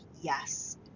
yes